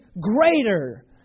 greater